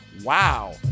Wow